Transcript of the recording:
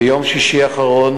ביום שישי האחרון,